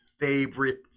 favorite